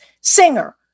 singer